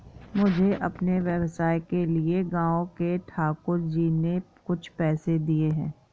मुझे अपने व्यवसाय के लिए गांव के ठाकुर जी ने कुछ पैसे दिए हैं